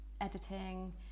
editing